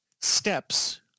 steps